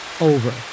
over